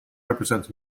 represents